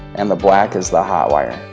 and the black is the hot wire.